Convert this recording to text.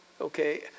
okay